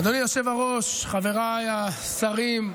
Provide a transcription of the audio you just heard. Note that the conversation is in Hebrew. אדוני היושב-ראש, חבריי השרים,